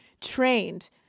trained